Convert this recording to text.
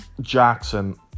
Jackson